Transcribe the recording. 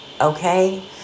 okay